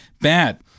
bad